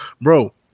bro